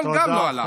גם לא הלך.